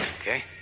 Okay